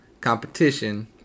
competition